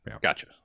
Gotcha